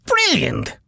Brilliant